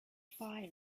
fire